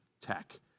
tech